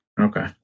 Okay